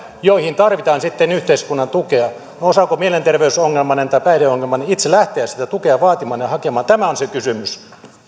joihin tarvitaan sitten yhteiskunnan tukea osaako mielenterveysongelmainen tai päihdeongelmainen itse lähteä sitä tukea vaatimaan ja hakemaan tämä on se kysymys